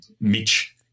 Mitch